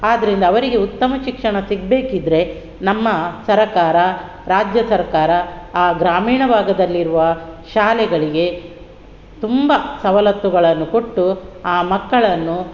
ಆದ್ದರಿಂದ ಅವರಿಗೆ ಉತ್ತಮ ಶಿಕ್ಷಣ ಸಿಗಬೇಕಿದ್ರೆ ನಮ್ಮ ಸರಕಾರ ರಾಜ್ಯ ಸರ್ಕಾರ ಆ ಗ್ರಾಮೀಣ ಭಾಗದಲ್ಲಿರುವ ಶಾಲೆಗಳಿಗೆ ತುಂಬ ಸವಲತ್ತುಗಳನ್ನು ಕೊಟ್ಟು ಆ ಮಕ್ಕಳನ್ನು